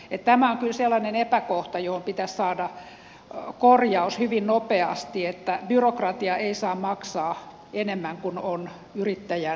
tämä on kyllä sellainen epäkohta johon pitäisi saada korjaus hyvin nopeasti eli byrokratia ei saa maksaa enemmän kuin on yrittäjän liikevaihto päivässä